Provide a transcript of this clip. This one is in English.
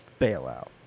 Bailout